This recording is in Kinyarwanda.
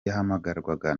yahamagarwaga